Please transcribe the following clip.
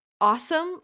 awesome